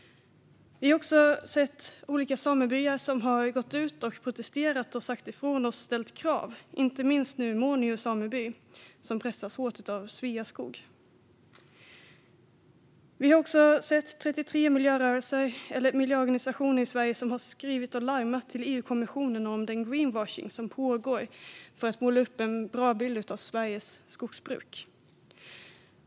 Vi har sett hur olika samebyar har gått ut och protesterat, sagt ifrån och ställt krav - inte minst nu Muonio sameby, som pressas hårt av Sveaskog. Vi har också sett att 33 miljöorganisationer har skrivit till EU-kommissionen och larmat om den greenwashing som pågår för att måla upp en bra bild av Sveriges skogsbruk.